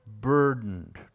burdened